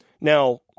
Now